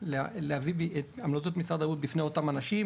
להביא את המלצות משרד הבריאות בפני אותם אנשים,